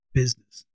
business